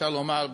אפשר לומר,